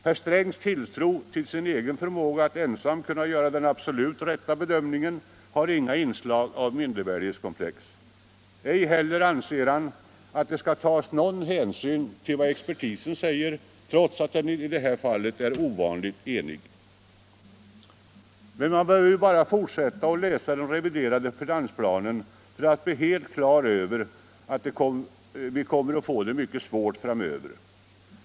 Herr Strängs tilltro till sin egen förmåga att ensam göra den absolut rätta bedömningen har inga inslag av mindervärdeskomplex. Ej heller anser han att det skall tas någon hänsyn till vad expertisen säger, trots att den i det här fallet är ovanligt enig. Men man behöver bara fortsätta att läsa den reviderade finansplanen för att bli helt klar över att vi kommer att få det mycket svårt framöver.